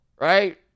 right